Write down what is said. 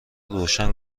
روشن